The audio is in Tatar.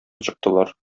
чыктылар